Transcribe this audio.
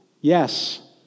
Yes